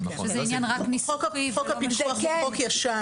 חוק הפיקוח הוא חוק ישן.